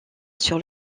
sur